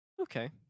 Okay